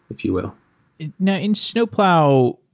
if you will now, in snowplow,